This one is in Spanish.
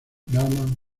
norman